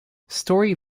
story